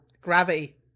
gravity